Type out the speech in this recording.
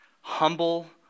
humble